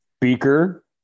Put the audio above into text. Beaker